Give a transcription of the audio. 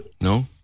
No